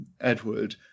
edward